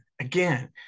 again